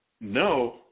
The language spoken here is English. no